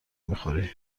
میخوری